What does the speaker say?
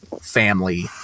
family